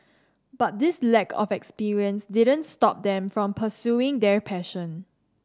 but this lack of experience didn't stop them from pursuing their passion